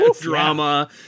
drama